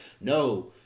no